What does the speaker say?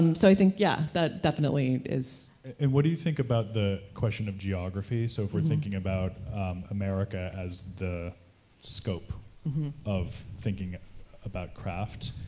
um so i think, yeah. that, definitely is and what do you think about the question of geography? so if we're thinking about america as the scope of thinking about craft,